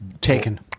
Taken